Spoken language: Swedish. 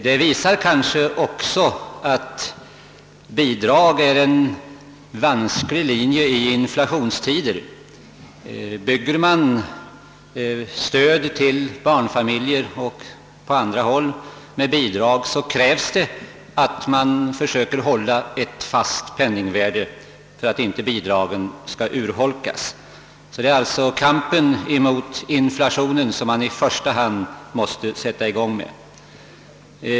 Det visar kanske också att bidrag är en vansklig linje i inflationstider. Bygger man stöd till barnfamiljer och stöd på andra håll på bidrag, krävs det, att man försöker hålla ett fast penningvärde för att inte bidragen skall urholkas. Det är alltså kampen mot inflationen som man i första hand måste sätta i gång med.